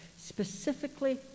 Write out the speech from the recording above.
specifically